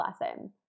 lesson